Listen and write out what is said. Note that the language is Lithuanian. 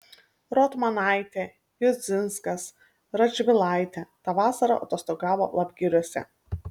rotmanaitė judzinskas radžvilaitė tą vasarą atostogavo lapgiriuose